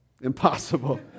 Impossible